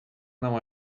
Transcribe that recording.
não